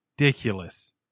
ridiculous